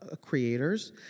creators